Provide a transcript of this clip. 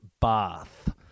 bath